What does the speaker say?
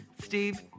Steve